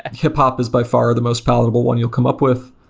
and hiphop is by far the most palatable one you'll come up with.